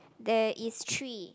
there is three